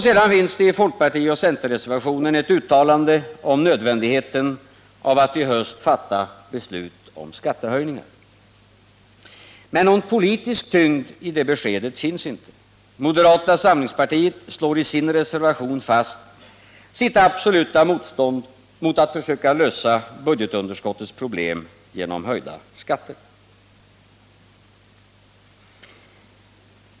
Sedan finns det i folkpartioch centerreservationen ett uttalande om nödvändigheten av att i höst fatta beslut om skattehöjningar. Men någon politisk tyngd i det beskedet finns inte — moderata samlingspartiet slår i sin reservation fast sitt absoluta motstånd mot att försöka lösa budgetunderskottets problem genom höjda skatter.